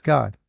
God